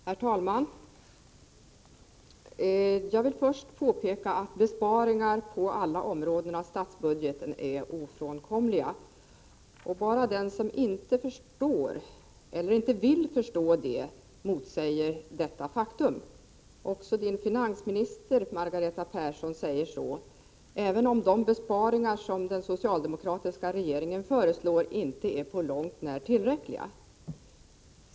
Herr talman! Jag vill först påpeka att besparingar på alla områden av statsbudgeten är ofrånkomliga. Bara den som inte förstår eller inte vill förstå det motsäger detta faktum. Också din finansminister, Margareta Persson, säger så, även om de besparingar som den socialdemokratiska regeringen föreslår inte är på långt när tillräckliga.